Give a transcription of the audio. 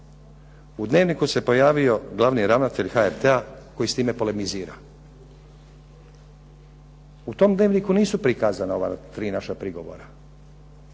u "Dnevniku" se pojavio glavni ravnatelj HRT-a koji s time polemizira. U tom "Dnevniku" nisu prikazana ova tri naša prigovora,